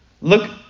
Look